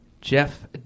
Jeff